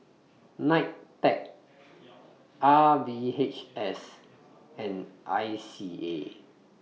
N I T E C R V H S and I C A